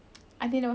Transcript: ya